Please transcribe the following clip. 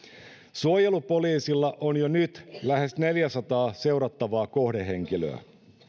suojelupoliisilla on jo nyt lähes neljäsataa seurattavaa kohdehenkilöä